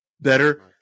better